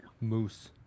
moose